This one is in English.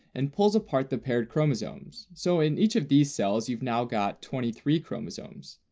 and pulls apart the paired chromosomes, so in each of these cells you've now got twenty three chromosomes.